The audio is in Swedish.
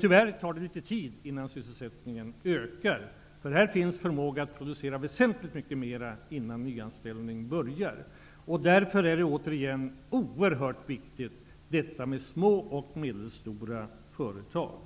Tyvärr tar det litet tid innan sysselsättningen ökar -- här finns förmåga att producera väsentligt mer innan nyanställningar behövs. Därför är återigen detta med små och medelstora företag oerhört